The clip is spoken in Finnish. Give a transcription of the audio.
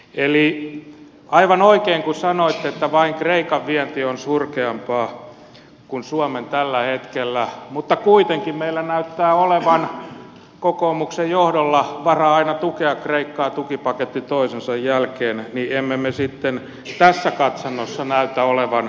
eli aivan oikein kun sanoitte että vain kreikan vienti on surkeampaa kuin suomen tällä hetkellä mutta kuitenkin meillä näyttää olevan kokoomuksen johdolla varaa aina tukea kreikkaa tukipaketti toisensa jälkeen niin että emme me sitten tässä katsannossa näytä olevan köyhiä